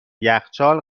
یخچال